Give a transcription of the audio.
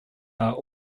are